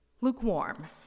lukewarm